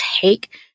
take